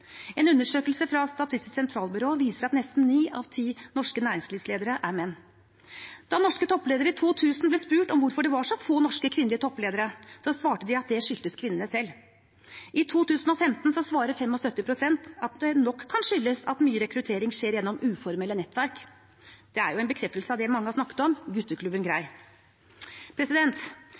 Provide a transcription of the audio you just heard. En undersøkelse fra Statistisk sentralbyrå viser at nesten ni av ti norske næringslivsledere er menn. Da norske toppledere i 2000 ble spurt om hvorfor det var så få norske kvinnelige toppledere, svarte de at det skyldtes kvinnene selv. I 2015 svarte 75 pst. at det nok kan skyldes at mye rekruttering skjer gjennom uformelle nettverk. Det er en bekreftelse på det mange har snakket om, «Gutteklubben Grei».